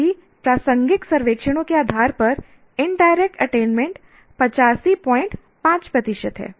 सभी प्रासंगिक सर्वेक्षणों के आधार पर इनडायरेक्ट अटेनमेंट 855 प्रतिशत है